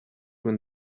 when